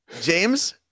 James